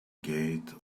gate